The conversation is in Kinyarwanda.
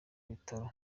bitaro